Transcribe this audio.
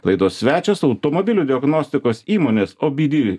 laidos svečias automobilių diagnostikos įmonės obd